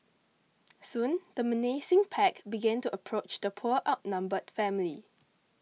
soon the menacing pack began to approach the poor outnumbered family